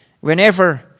whenever